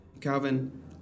Calvin